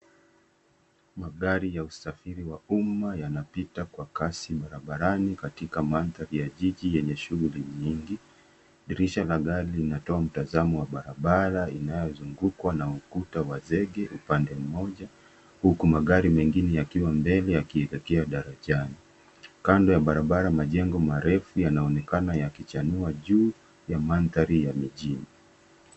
Magari ya usafiri wa umma yanapita kwa kasi barabarani katika mandhari ya jiji yenye shughuli nyingi. Dirisha la gari linatoa mtazamo wa barabara inayozungukwa na ukuta wa zege upande mmoja huku magari mengine yakiwa mbele yakielekea darajani. Kando ya barabara majengo marefu yanaonekana yakichanua juu ya mandhari ya mijini.